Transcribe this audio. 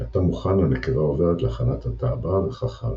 כשהתא מוכן הנקבה עוברת להכנת התא הבא וכך הלאה,